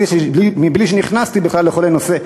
מבלי שנכנסתי בכלל לכל הנושא,